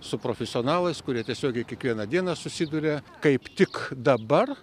su profesionalais kurie tiesiogiai kiekvieną dieną susiduria kaip tik dabar